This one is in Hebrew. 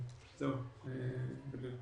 בסופו של דבר.